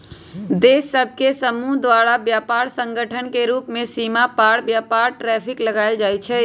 देश सभ के समूह द्वारा व्यापार संगठन के रूप में सीमा पार व्यापार पर टैरिफ लगायल जाइ छइ